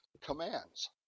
commands